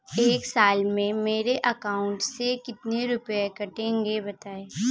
एक साल में मेरे अकाउंट से कितने रुपये कटेंगे बताएँ?